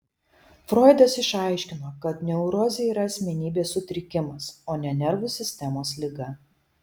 froidas išaiškino kad neurozė yra asmenybės sutrikimas o ne nervų sistemos liga